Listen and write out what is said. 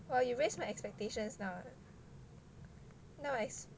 !wah! you raise my expectations now now I se~